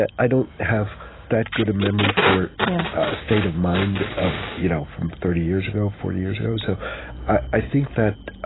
i don't have that good a memory for yeah a state of mind of you know from thirty years ago, forty years ago. so i think that